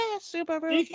super-